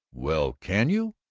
well, can you?